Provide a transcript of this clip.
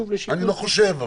שוב --- אני לא חושב,